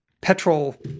petrol